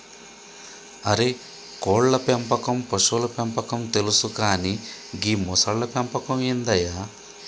అరే కోళ్ళ పెంపకం పశువుల పెంపకం తెలుసు కానీ గీ మొసళ్ల పెంపకం ఏందయ్య